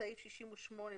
בסעיף 68,